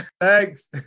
Thanks